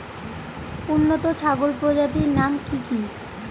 উন্নত ছাগল প্রজাতির নাম কি কি?